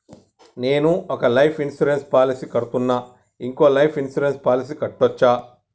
నేను ఒక life insurance policy కడ్తున్నా, ఇంకో లైఫ్ ఇన్సూరెన్స్ పాలసీ కట్టొచ్చా?